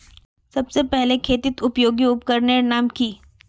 सबसे पहले खेतीत उपयोगी उपकरनेर नाम की?